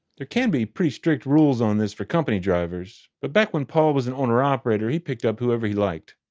there can be pretty strict rules on this for company drivers, but back when paul was an owner operator, he picked up whoever he liked.